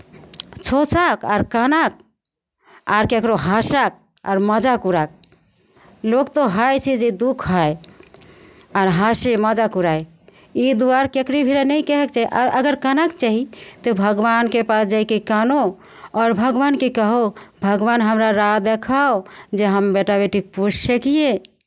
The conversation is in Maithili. सोचक आर कहनक आर ककरो हँसत आर मजाक उड़ायत लोक तऽ हइ छै जे दुःख हइ आर हँसी मजाक उड़ाय ई दुआरे ककरो भिड़ा नहि कहक चाही अगर कानयके चाही तऽ भगवानके पास जाय कऽ कानू आओर भगवानके कहू भगवान हमरा राह देखाउ जे बेटा बेटीकेँ पोसि सकियै